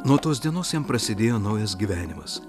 nuo tos dienos jam prasidėjo naujas gyvenimas